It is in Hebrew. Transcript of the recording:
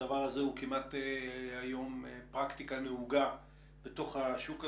הדבר הזה הוא כמעט פרקטיקה נהוגה בתוך השוק הזה.